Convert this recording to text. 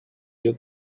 your